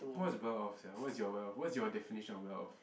what is well off sia what is your well off what's your definition of well off